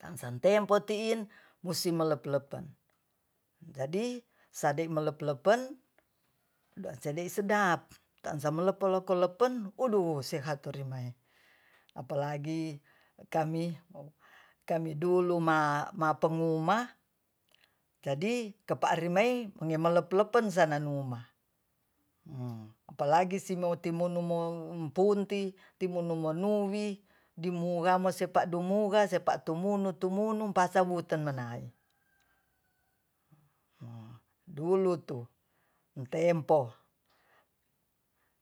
tansa tempo tiin musi molep-lepen jadi sadei molep-molepen dosadei sedap taansa molokomolopon odo seat rimai apalagi kami kami dulu ma ma penguma jadi ke'parimei molepen-lepen sananuma apalagi simou timunumo empunti timonumo nuwi dimuramosepa dumuga sepa tumunu-tumunu pasa buten manai dulu tu tempo